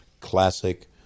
classic